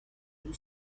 who